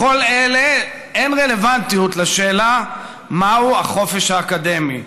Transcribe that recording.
בכל אלה אין רלוונטיות לשאלה מהו החופש האקדמי,